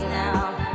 now